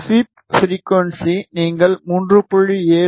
sweep frequency நீங்கள் 3